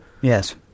Yes